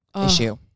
issue